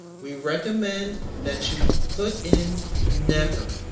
we recommend that you put in never,